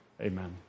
amen